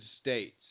States